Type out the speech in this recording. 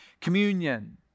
communion